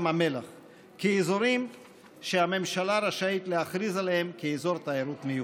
המלח כאזורים שהממשלה רשאית להכריז עליהם כאזור תיירות מיוחד.